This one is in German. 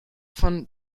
von